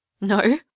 No